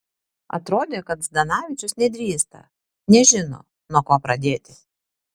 atrodė kad zdanavičius nedrįsta nežino nuo ko pradėti